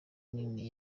nini